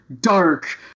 dark